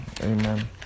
amen